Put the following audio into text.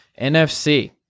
NFC